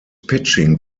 pitching